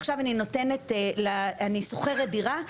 עכשיו אני שוכרת דירה,